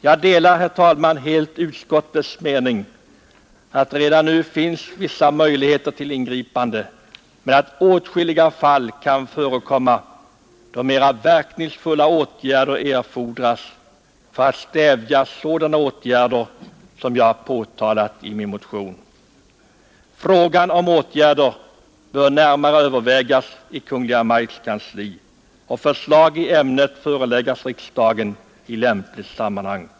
Jag delar, herr talman, helt utskottets mening att det redan nu finns vissa möjligheter till ingripande men att åtskilliga fall kan förekomma då mera verkningsfulla åtgärder erfordras för att stävja sådana förhållanden som jag påtalade i min motion. Frågan om åtgärder bör närmare övervägas i Kungl. Maj:ts kansli och förslag i ämnet föreläggas riksdagen i lämpligt sammanhang.